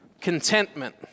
contentment